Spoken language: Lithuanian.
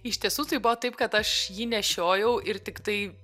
iš tiesų tai buvo taip kad aš jį nešiojau ir tiktai